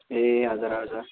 ए हजुर हजुर